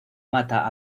mata